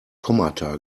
kommata